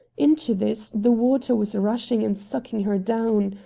into this the water was rushing and sucking her down.